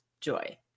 joy